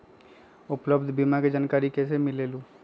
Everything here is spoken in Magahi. उपलब्ध बीमा के जानकारी कैसे मिलेलु?